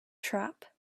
trap